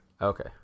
okay